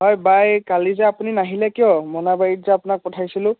ঐ বাই কালি যে আপুনি নাহিলে কিয় মোনাবাৰীত যে আপোনাক পঠাইছিলোঁ